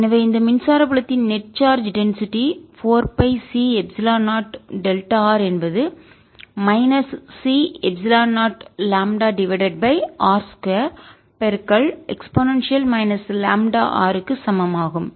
எனவே இந்த மின்சார புலத்தின் நெட் சார்ஜ் டென்சிட்டிஅடர்த்தி 4 pi C epsilon 0 delta r என்பது minus C epsilon 0 lambda divided by r 2 பெருக்கல் e λr க்கு சமம் ஆகும்